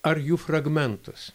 ar jų fragmentus